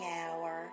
hour